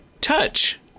touch